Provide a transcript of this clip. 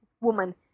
woman